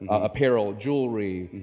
apparel, jewelry,